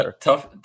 Tough